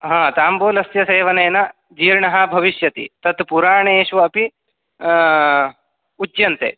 हा ताम्बूलस्य सेवनेन जीर्णः भविष्यति तत् पुराणेषु अपि उच्यन्ते